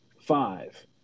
Five